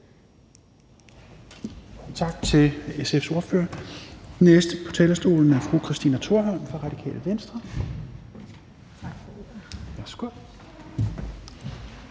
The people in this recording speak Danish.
Tak til SF's ordfører. Den næste på talerstolen er fru Christina Thorholm fra Radikale Venstre. Værsgo.